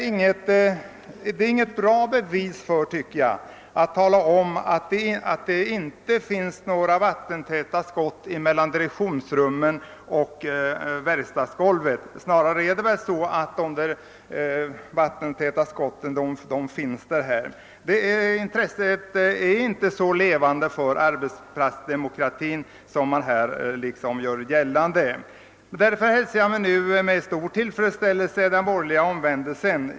En sådan företeelse är inte något bra bevis för att det inte existerar några vattentäta skott mellan direktionsrum och verkstadsgolv. Det tyder snarare på att det verkligen finns sådana vattentäta skott. Intresset för arbetsplatsdemokratin är inte på alla håll så stort som det gjorts gällande. Jag hälsar därför med stor tillfredsställelse den borgerliga omvändelsen i denna fråga.